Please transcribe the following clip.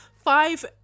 five